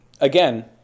again